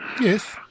Yes